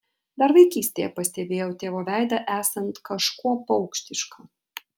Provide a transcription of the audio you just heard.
dar vaikystėje pastebėjau tėvo veidą esant kažkuo paukštišką